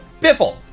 Biffle